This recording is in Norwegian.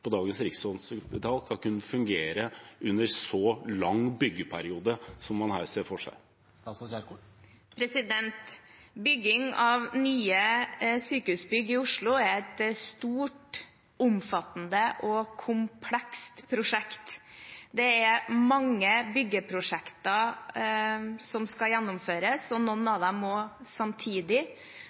på Rikshospitalet skal kunne fungere under en så lang byggeperiode, som man her ser for seg? Bygging av nye sykehusbygg i Oslo er et stort, omfattende og komplekst prosjekt. Det er mange byggeprosjekter som skal gjennomføres – noen av dem også samtidig.